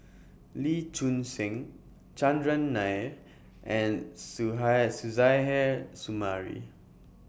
Lee Choon Seng Chandran Nair and Suzairhe Sumari